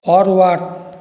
forward